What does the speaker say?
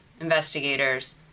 investigators